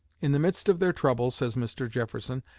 in the midst of their trouble, says mr. jefferson,